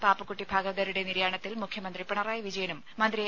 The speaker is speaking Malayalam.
പാപ്പുക്കുട്ടി ഭാഗവതരുടെ നിര്യാണത്തിൽ മുഖ്യമന്ത്രി പിണറായി വിജയനും മന്ത്രി എ